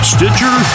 Stitcher